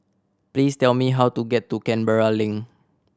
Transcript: please tell me how to get to Canberra Link